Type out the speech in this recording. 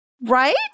Right